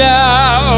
now